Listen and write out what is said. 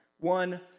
one